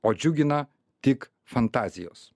o džiugina tik fantazijos